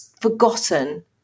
forgotten